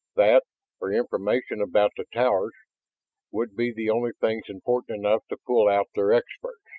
that or information about the towers would be the only things important enough to pull out their experts.